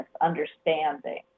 understanding